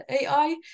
AI